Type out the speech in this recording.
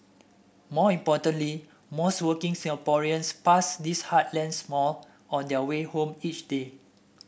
more importantly most working Singaporeans pass these heartland malls on their way home each day